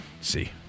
see